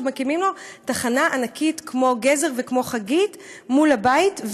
שמקימים לו תחנה ענקית כמו "גזר" וכמו "חגית" מול הבית,